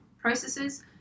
processes